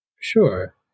Sure